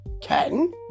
Ken